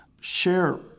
Share